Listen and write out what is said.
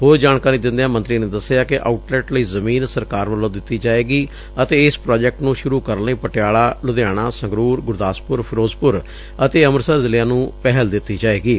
ਹੋਰ ਜਾਣਕਾਰੀ ਦਿੰਦਿਆਂ ਮੰਤਰੀ ਨੇ ਦੱਸਿਆ ਕਿ ਆਉਟਲੈੱਟ ਲਈ ਜ਼ਮੀਨ ਸਰਕਾਰ ਵਲੋਂ ਦਿੱਤੀ ਜਾਵੇਗੀ ਅਤੇ ਇਸ ਪ੍ਰਾਜੈਕਟ ਨੂੰ ਸ਼ੁਰੂ ਕਰਨ ਲਈ ਪਟਿਆਲਾ ਲੁਧਿਆਣਾ ਸੰਗਰੂਰ ਗੁਰਦਾਸਪੁਰ ਫ਼ਿਰੋਜਪੁਰ ਅਤੇ ਅੰਮ੍ਤਿਤਸਰ ਜ਼ਿਲ੍ਹਿਆਂ ਨੂੰ ਪਹਿਲ ਦਿੱਤੀ ਜਾਵੇਗੀ